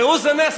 ראו זה נס,